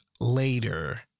later